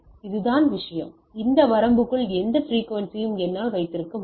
இதுதான் விஷயம் இந்த வரம்பிற்குள் எந்த பிரிக்குவென்சியும் என்னால் வைத்திருக்க முடியும்